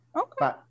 Okay